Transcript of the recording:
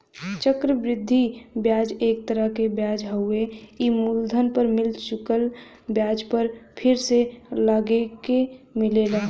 चक्र वृद्धि ब्याज एक तरह क ब्याज हउवे ई मूलधन पर मिल चुकल ब्याज पर फिर से लगके मिलेला